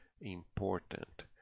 important